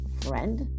friend